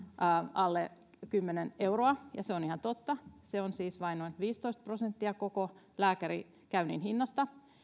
alle kymmenen euroa ja se on ihan totta se on siis vain noin viisitoista prosenttia koko lääkärikäynnin hinnasta